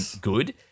good